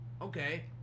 okay